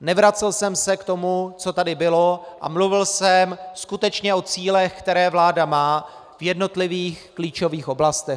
Nevracel jsem se k tomu, co tady bylo, a mluvil jsem skutečně o cílech, které vláda má v jednotlivých klíčových oblastech.